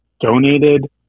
donated